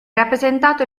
rappresentato